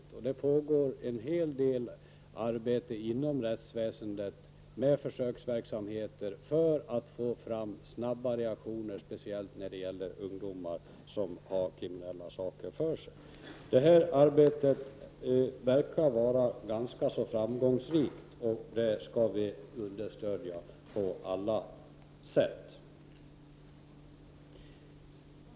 Inom rättsväsendet pågår en hel del arbete med försöksverksamheter för att få fram snabba reaktioner, speciellt när det gäller ungdomar som sysslar med kriminella saker. Detta arbete förefaller vara rätt så framgångsrikt och vi skall understödja det på alla sätt.